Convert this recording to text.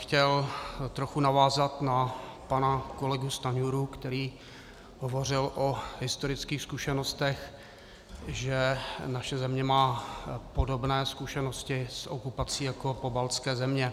Chtěl bych trochu navázat na pana Stanjuru, který hovořil o historických zkušenostech, že naše země má podobné zkušenosti s okupací jako pobaltské země.